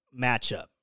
matchup